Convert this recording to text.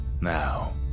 Now